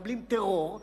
מקבלים טרור.